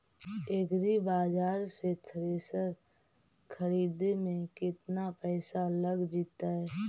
एग्रिबाजार से थ्रेसर खरिदे में केतना पैसा लग जितै?